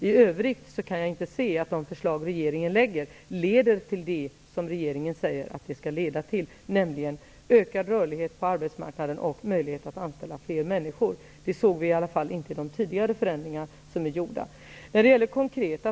I övrigt kan jag inte se att de förslag som regeringen lägger fram leder till det som regeringen säger att de skall leda till, nämligen ökad rörlighet på arbetsmarknaden och möjlighet att anställa fler människor. Det såg vi i alla fall inte vid de tidigare förändringar som gjordes.